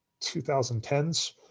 2010s